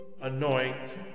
anoint